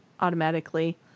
automatically